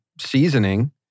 seasoning